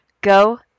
Go